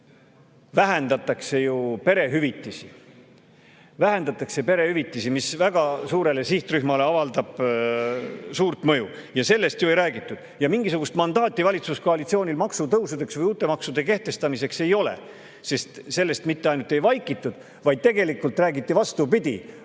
Vähendatakse perehüvitisi, mis väga suurele sihtrühmale avaldab suurt mõju, aga sellest ju ei räägitud. Ja mingisugust mandaati valitsuskoalitsioonil maksutõusudeks või uute maksude kehtestamiseks ei ole, sest sellest mitte ainult ei vaikitud, vaid tegelikult räägiti vastupidist.